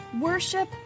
worship